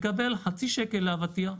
מקבל חצי שקל לאבטיח,